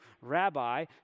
Rabbi